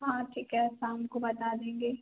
हाँ ठीक है शाम को बता देंगे